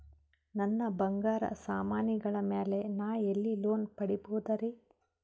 ನನ್ನ ಬಂಗಾರ ಸಾಮಾನಿಗಳ ಮ್ಯಾಲೆ ನಾ ಎಲ್ಲಿ ಲೋನ್ ಪಡಿಬೋದರಿ?